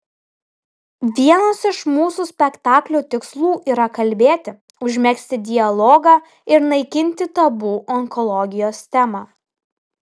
vienas iš mūsų spektaklio tikslų yra kalbėti užmegzti dialogą ir naikinti tabu onkologijos tema